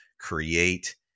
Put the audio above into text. create